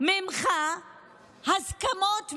ממך עכשיו הסכמות מסוימות,